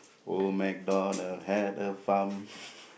old MacDonald had a farm